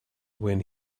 when